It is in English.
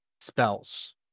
spells